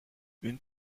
une